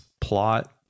plot